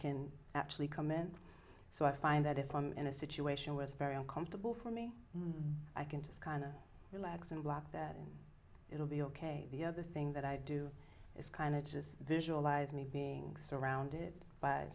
can actually come in so i find that if i'm in a situation with very uncomfortable for me i can just kind of relax and block that and it'll be ok the other thing that i do is kind of just visualize me being surrounded by